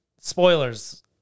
spoilers